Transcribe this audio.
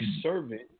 servant